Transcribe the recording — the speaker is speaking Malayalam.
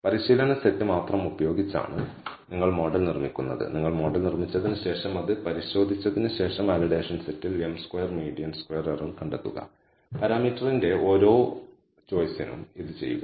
പരിശീലന സെറ്റ് മാത്രം ഉപയോഗിച്ചാണ് നിങ്ങൾ മോഡൽ നിർമ്മിക്കുന്നത് നിങ്ങൾ മോഡൽ നിർമ്മിച്ചതിന് ശേഷം അത് പരിശോധിച്ചതിന് ശേഷം വാലിഡേഷൻ സെറ്റിൽ m square median square error കണ്ടെത്തുക പാരാമീറ്ററിന്റെ ഓരോ ചോയിസിനും ഇത് ചെയ്യുക